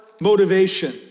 motivation